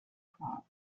prop